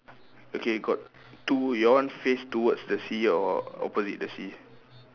okay got two your one face towards the sea or opposite the sea